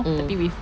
mm